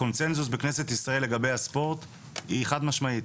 הקונסנזוס בכנסת ישראל לגבי הספורט הוא חד משמעי.